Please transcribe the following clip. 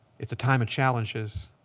it's a time of challenges.